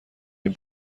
این